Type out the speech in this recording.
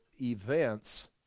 events